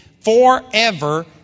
forever